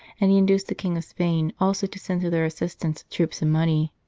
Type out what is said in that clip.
and he induced the king of spain also to send to their assistance troops and money.